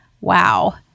wow